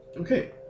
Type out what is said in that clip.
Okay